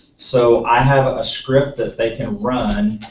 so i have a script that they can run